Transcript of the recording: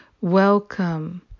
welcome